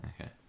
Okay